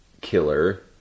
killer